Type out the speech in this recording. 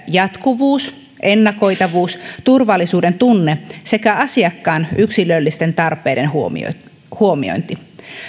jatkuvuus ennakoitavuus turvallisuudentunne sekä asiakkaan yksilöllisten tarpeiden huomiointi